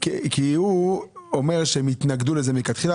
כי הוא אומר שהם התנגדו לזה מלכתחילה.